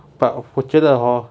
but 我觉得 hor